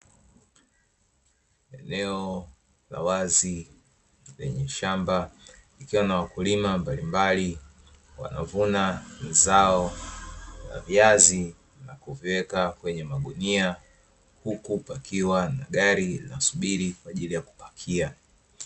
Eneo la wazi lenye shamba likiwa lina wakulima mbalimbali, wanavuna zao la viazi na kuviweka kwenye magunia, huku pakiwa na gari linasubiri kwa ajili ya kupakia.